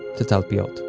to talpiot